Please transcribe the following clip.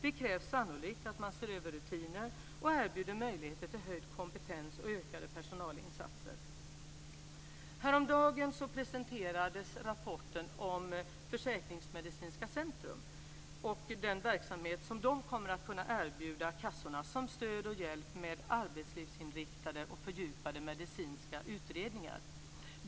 Det krävs sannolikt att man ser över rutiner och erbjuder möjligheter till höjd kompetens och ökade personalinsatser. Häromdagen presenterades rapporten om försäkringsmedicinska centrum och den verksamhet som de kommer att kunna erbjuda kassorna som stöd och hjälp med arbetslivsinriktade och fördjupade medicinska utredningar.